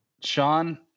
Sean